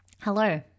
hello